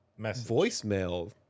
voicemail